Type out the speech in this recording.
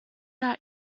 out